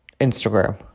Instagram